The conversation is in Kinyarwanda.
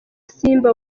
simba